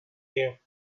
ear